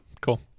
Cool